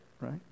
right